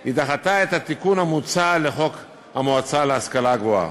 היא דחתה את התיקון המוצע לחוק המועצה להשכלה גבוהה.